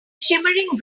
shimmering